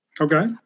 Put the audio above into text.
okay